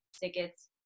tickets